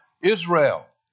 Israel